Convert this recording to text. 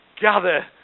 gather